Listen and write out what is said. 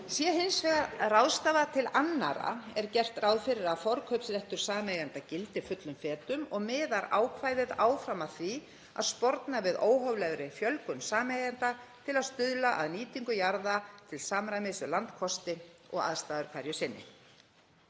Sé hins vegar ráðstafað til annarra er gert ráð fyrir að forkaupsréttur sameigenda gildi fullum fetum og miðar ákvæðið áfram að því að sporna við óhóflegri fjölgun sameigenda til að stuðla að nýtingu jarða til samræmis við landkosti og aðstæður hverju sinni.